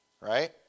right